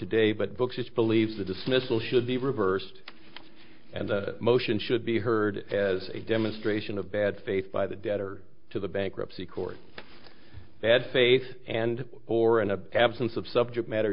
today but books which believe the dismissal should be reversed and the motion should be heard as a demonstration of bad faith by the debtor to the bankruptcy court bad faith and or an absence of subject matter